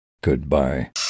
Goodbye